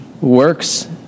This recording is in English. works